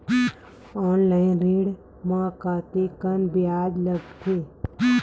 Online ऋण म कतेकन ब्याज लगथे?